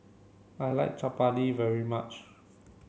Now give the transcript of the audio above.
I like Chappati very much